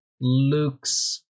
Luke's